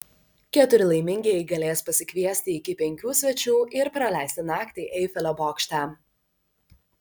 keturi laimingieji galės pasikviesti iki penkių svečių ir praleisti naktį eifelio bokšte